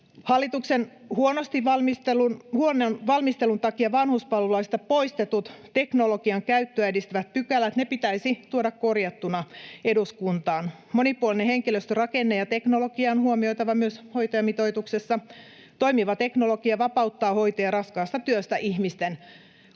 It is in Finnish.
Hallituksen huonon valmistelun takia vanhuspalvelulaista poistetut teknologian käyttöä edistävät pykälät pitäisi tuoda korjattuna eduskuntaan. Monipuolinen henkilöstörakenne ja teknologia on huomioitava myös hoitajamitoituksessa. Toimiva teknologia vapauttaa hoitajia raskaasta työstä ihmisten